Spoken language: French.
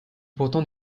pourtant